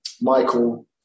Michael